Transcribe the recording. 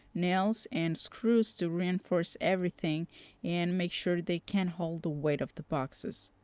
nails and screws to reinforce everything and make sure they can hold the weight of the boxes.